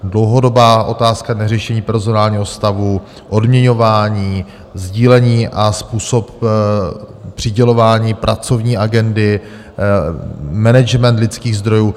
Dlouhodobá otázka je neřešení personálního stavu, odměňování, sdílení a způsob přidělování pracovní agendy, management lidských zdrojů.